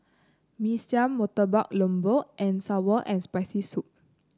Mee Siam Murtabak Lembu and sour and Spicy Soup